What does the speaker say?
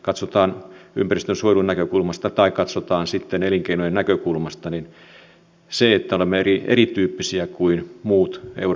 katsotaan ympäristönsuojelun näkökulmasta tai katsotaan sitten elinkeinojen näkökulmasta niin olemme erityyppisiä kuin muut euroopan maat